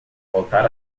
voltar